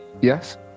Yes